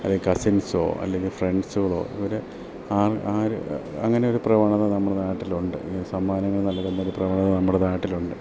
അല്ലെങ്കിൽ കസിൻസോ അല്ലെങ്കിൽ ഫ്രണ്ട്സുകളോ ഇവർ ആ ആര് അങ്ങനെ ഒരു പ്രവണത നമ്മുടെ നാട്ടിൽ ഉണ്ട് ഇങ്ങനെ സമ്മാനങ്ങൾ നൽകുന്ന ഒരു പ്രവണത നമ്മുടെ നാട്ടിൽ ഉണ്ട്